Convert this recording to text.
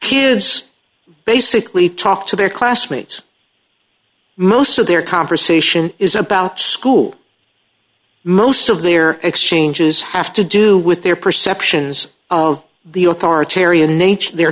kids basically talk to their classmates most of their conversation is about school most of their exchanges have to do with their perceptions of the authoritarian h their